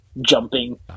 jumping